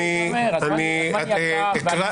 מעכשיו,